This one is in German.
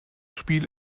spiel